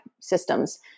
systems